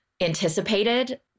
anticipated